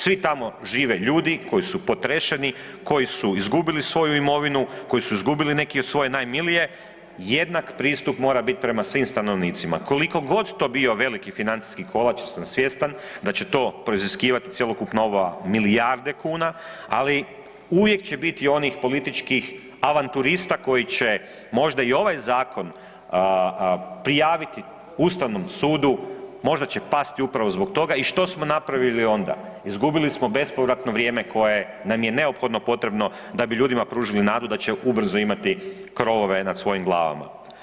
Svi tamo žive ljudi koji su potrešeni, koji su izgubili svoju imovinu, koji su izgubili neke od svoje najmilije, jednak pristup mora biti prema svim stanovnicima, koliko god to bio veliki financijski kolač jer sam svjestan da će to proiziskivat cjelokupno ova milijarde kuna, ali uvijek će biti onih političkih avanturista koji će možda i ovaj zakon prijaviti ustavnom sudu, možda će pasti upravo zbog toga i što smo napravili onda, izgubili smo bespovratno vrijeme koje nam je neophodno potrebno da bi ljudima pružili nadu da će ubrzo imati krovove nad svojim glavama.